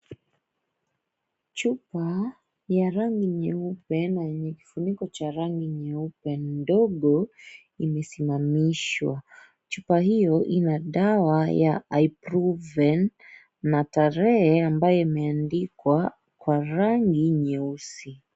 Chupa ya rangi nyeupe na kifuniko cha rangi nyeupe ndogo, imesimamishwa . Chupa hiyo ina dawa ya Eye-proven na tarehe ambayo imeandikwa kwa rangi nyeusi.